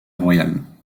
royale